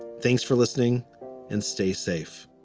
thanks for listening and stay safe